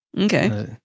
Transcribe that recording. Okay